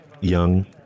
young